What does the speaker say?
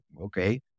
okay